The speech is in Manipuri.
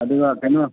ꯑꯗꯨꯒ ꯀꯩꯅꯣ